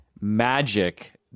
magic